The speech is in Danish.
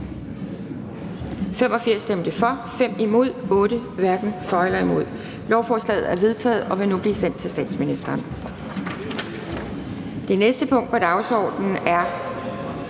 stemte 5 (NB og LA), hverken for eller imod stemte 8 (DF). Lovforslaget er vedtaget og vil nu blive sendt til statsministeren. --- Det næste punkt på dagsordenen er: